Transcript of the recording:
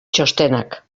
txostenak